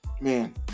Man